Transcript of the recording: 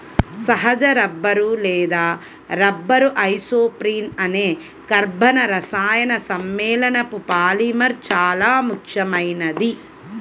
సహజ రబ్బరు లేదా rubber isoprene అనే కర్బన రసాయన సమ్మేళనపు పాలిమర్ చాలా ముఖ్యమైనది